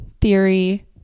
Theory